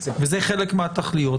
זה חלק מהתכליות,